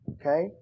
Okay